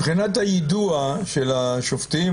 שאלתי מבחינת היידוע של השופטים,